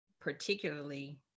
particularly